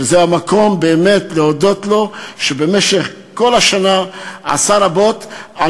וזה המקום באמת להודות לו על כך שבמשך כל השנה עשה רבות על